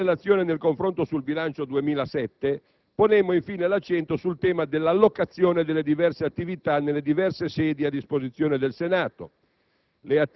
Nella relazione e nel confronto sul bilancio 2007 ponemmo infine l'accento sul tema dell'allocazione delle diverse attività nelle diverse sedi a disposizione del Senato: